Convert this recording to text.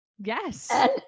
Yes